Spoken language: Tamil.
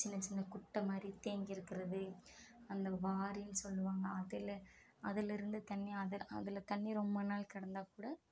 சின்ன சின்ன குட்டை மாதிரி தேங்கி இருக்கிறது அந்த வாரினு சொல்லுவாங்க அதில் அதில் இருந்து தண்ணி அது அதில் தண்ணி ரொம்ப நாள் கிடந்தால் கூட